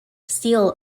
steel